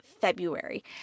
February